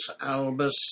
Albus